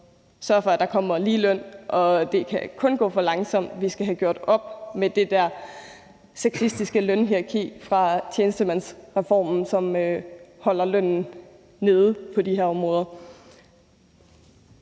sørge for, at der kommer ligeløn, og det kan kun gå for langsomt. Vi skal have gjort op med det der sexistiske lønhierarki fra tjenestemandsreformen, som holder lønnen nede på de her områder.